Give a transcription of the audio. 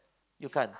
you can't